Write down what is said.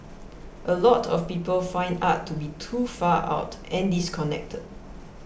a lot of people find art to be too far out and disconnected